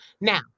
Now